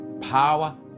power